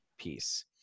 piece